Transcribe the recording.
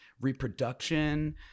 Reproduction